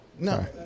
No